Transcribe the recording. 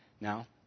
Now